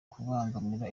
kubangamira